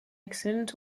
excellent